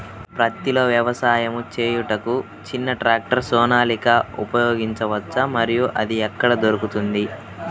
పత్తిలో వ్యవసాయము చేయుటకు చిన్న ట్రాక్టర్ సోనాలిక ఉపయోగించవచ్చా మరియు అది ఎక్కడ దొరుకుతుంది?